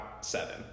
seven